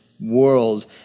world